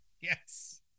Yes